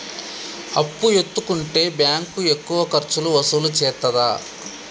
అప్పు ఎత్తుకుంటే బ్యాంకు ఎక్కువ ఖర్చులు వసూలు చేత్తదా?